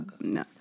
No